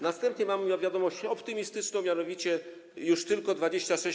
Następnie mam wiadomość optymistyczną, mianowicie już tylko 26%